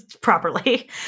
properly